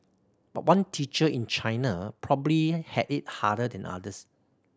but one teacher in China probably had it harder than others